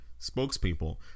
spokespeople